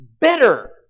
bitter